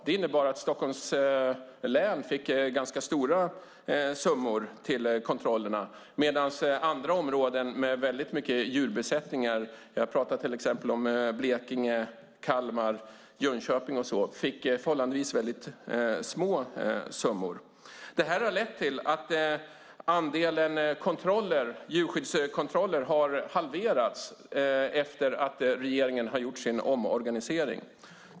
Det innebar att Stockholms län fick ganska stora summor till kontrollerna medan andra områden med väldigt stora djurbesättningar, till exempel Kalmar, Jönköping och liknande, fick förhållandevis små summor. Detta har lett till att antalet djurskyddskontroller har halverats efter att regeringen har gjort sin omorganisering.